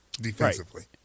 defensively